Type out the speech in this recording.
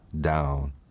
down